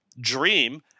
dream